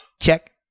check